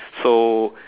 so